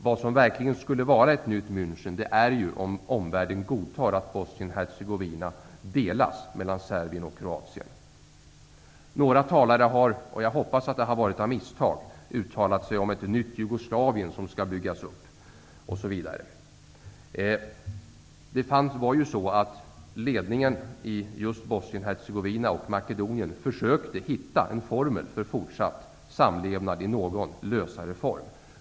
Vad som verkligen skulle vara ett nytt München är om omvärlden godtar att Bosnien Några talare har -- jag hoppas av misstag -- uttalat sig om att ett nytt Jugoslavien skall byggas upp. Makedonien försökte hitta former för fortsatt samlevnad i någon lösare form.